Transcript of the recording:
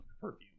perfume